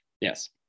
yes